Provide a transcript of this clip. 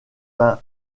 pain